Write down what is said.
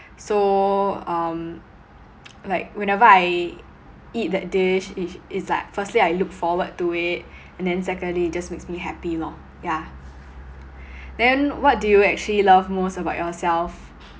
so um like whenever I eat that dish it~ it's like firstly I look forward to it and then secondly it's just makes me happy lor yeah then what do you actually love most about yourself